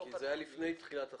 -- כי זה היה לפני תחילת התמ"א.